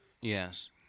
Yes